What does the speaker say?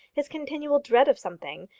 his continual dread of something,